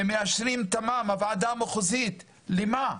מאשרים תמ"מ, הוועדה המחוזית, למה?